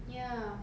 ya